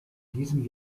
diesem